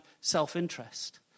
self-interest